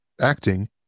acting